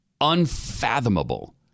unfathomable